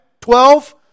Twelve